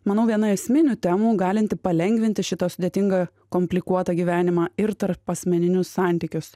manau viena esminių temų galinti palengvinti šitą sudėtingą komplikuotą gyvenimą ir tarpasmeninius santykius